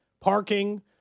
parking